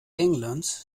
englands